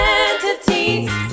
entities